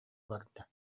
барда